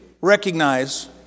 recognize